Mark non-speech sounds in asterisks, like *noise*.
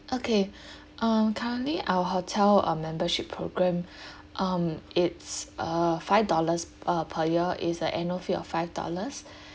okay um currently our hotel a membership program *breath* um it's a five dollars uh per year it's the annual fee of five dollars